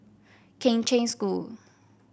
Kheng Cheng School